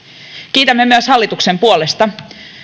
kiitämme myös hallituksen puolesta